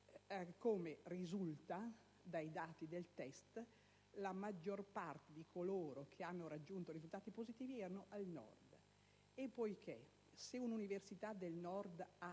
come risulta dai dati del test*,* la maggior parte di coloro che hanno raggiunto risultati positivi sono del Nord. Se un'università del Nord ha